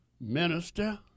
minister